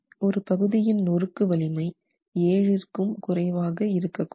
ஒரு பகுதியின் நொறுக்கு வலிமை 7 MPa விற்கு குறைவாக இருக்க கூடாது